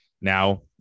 Now